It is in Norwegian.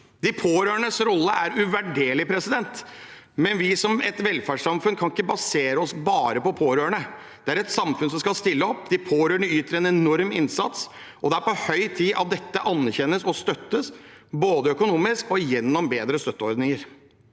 De pårørendes rolle er uvurderlig, men vi som et velferdssamfunn kan ikke basere oss bare på pårørende. Det er et samfunn som skal stille opp. De pårørende yter en enorm innsats, og det er på høy tid at dette anerkjennes og støttes både økonomisk og gjennom bedre støtteordninger